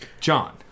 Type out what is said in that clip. John